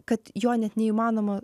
kad jo net neįmanoma